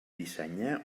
dissenyar